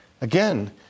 Again